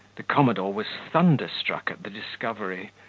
the commodore was thunderstruck at the discovery,